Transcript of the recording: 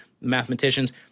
mathematicians